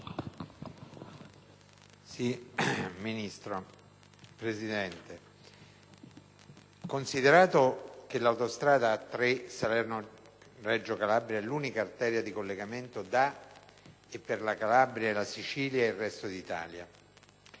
Ministro, considerato che l'autostrada A3 Salerno-Reggio Calabria è l'unica arteria di collegamento da e per la Calabria, la Sicilia e il resto d'Italia;